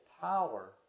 power